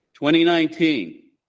2019